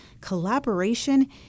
collaboration